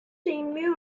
immune